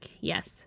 Yes